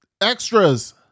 extras